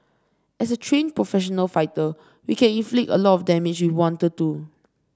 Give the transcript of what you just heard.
as a trained professional fighter we can inflict a lot of damage if we wanted to